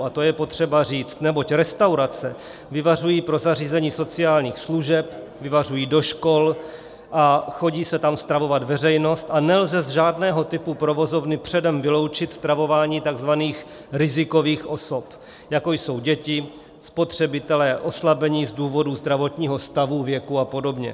A to je potřeba říct, neboť restaurace vyvařují pro zařízení sociálních služeb, vyvařují do škol, chodí se tam stravovat veřejnost a nelze z žádného typu provozovny předem vyloučit stravování takzvaných rizikových osob, jako jsou děti, spotřebitelé oslabení z důvodu zdravotního stavu, věku a podobně.